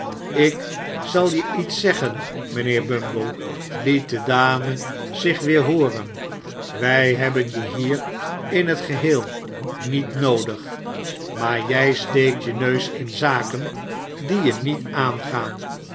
ik zal je iets zeggen mijnheer bumble liet de dame zich weer hooren wij hebben je hier in het geheel niet noodig maar jij steekt je neus in zaken die je niet aangaan